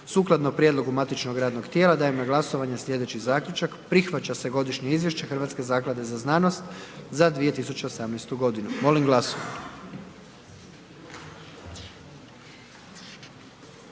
Sukladno Prijedlogu matičnog saborskog radnog tijela dajem na glasovanje slijedeći zaključak: Prihvaća se godišnje izvješće o državnim potporama za 2018.g. Molim glasujmo.